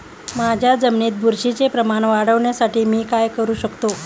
माझ्या जमिनीत बुरशीचे प्रमाण वाढवण्यासाठी मी काय करू शकतो?